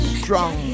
strong